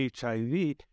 HIV